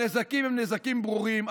הנזקים הם נזקים ברורים,